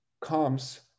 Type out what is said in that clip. comes